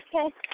Okay